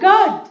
God